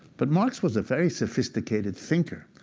but marx was a very sophisticated thinker,